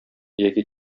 яки